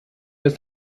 ist